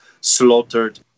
slaughtered